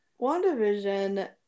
wandavision